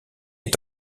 est